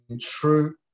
true